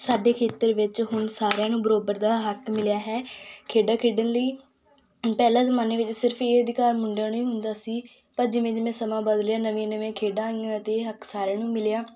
ਸਾਡੇ ਖੇਤਰ ਵਿੱਚ ਹੁਣ ਸਾਰਿਆਂ ਨੂੰ ਬਰਾਬਰ ਦਾ ਹੱਕ ਮਿਲਿਆ ਹੈ ਖੇਡਾਂ ਖੇਡਣ ਲਈ ਪਹਿਲਾਂ ਜ਼ਮਾਨੇ ਵਿੱਚ ਸਿਰਫ ਇਹ ਅਧਿਕਾਰ ਮੁੰਡਿਆਂ ਨੂੰ ਹੀ ਹੁੰਦਾ ਸੀ ਪਰ ਜਿਵੇਂ ਜਿਵੇਂ ਸਮਾਂ ਬਦਲਿਆ ਨਵੀਆਂ ਨਵੀਆਂ ਖੇਡਾਂ ਆਈਆਂ ਅਤੇ ਇਹ ਹੱਕ ਸਾਰਿਆਂ ਨੂੰ ਮਿਲਿਆ